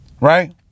Right